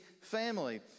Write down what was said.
family